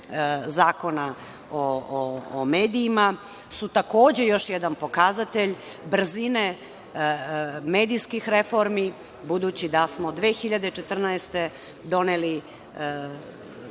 Zakona o medijima su takođe još jedan pokazatelj brzine medijskih reformi budući da smo 2014. godine,